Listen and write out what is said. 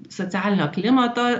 socialinio klimato